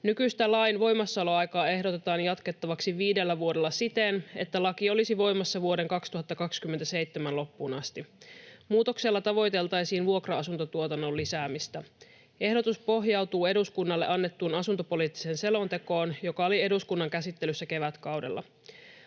Nykyistä lain voimassaoloaikaa ehdotetaan jatkettavaksi viidellä vuodella siten, että laki olisi voimassa vuoden 2027 loppuun asti. Muutoksella tavoiteltaisiin vuokra-asuntotuotannon lisäämistä. Ehdotus pohjautuu eduskunnalle annettuun asuntopoliittiseen selontekoon, joka oli eduskunnan käsittelyssä kevätkaudella.